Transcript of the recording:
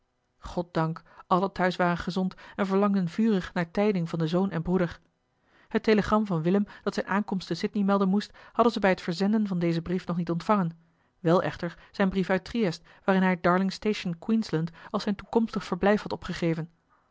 goddank allen thuis waren gezond en verlangden vurig naar tijding van den zoon en broeder het telegram van willem dat zijne aankomst te sydney melden moest hadden ze bij het verzenden van dezen brief nog niet ontvangen wel echter zijn brief uit triëst waarin hij darling station queensland als zijn toekomstig verblijf had opgegeven